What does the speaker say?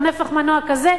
או נפח מנוע כזה,